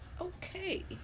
Okay